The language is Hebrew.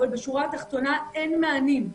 אבל בשורה התחתונה אין מענים.